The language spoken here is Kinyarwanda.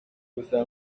gusa